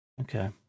Okay